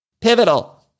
Pivotal